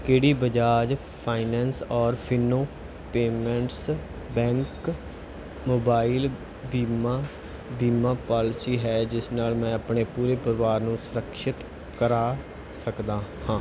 ਕਿਹੜੀ ਬਜਾਜ ਫਾਈਨੈਂਸ ਔਰ Fino payments bank mobile ਬੀਮਾ ਬੀਮਾ ਪਾਲਿਸੀ ਹੈ ਜਿਸ ਨਾਲ ਮੈਂ ਆਪਣੇ ਪੂਰੇ ਪਰਿਵਾਰ ਨੂੰ ਸੁਰਕਸ਼ਿਤ ਕਰਾ ਸਕਦਾ ਹਾਂ